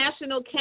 National